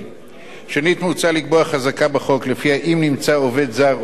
מוצע לקבוע חזקה בחוק שלפיה אם נמצא עובד זר עובד בשטח מסוים,